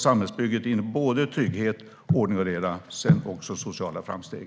Samhällsbygget innefattar både trygghet, ordning och reda och också sociala framsteg.